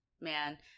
man